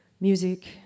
music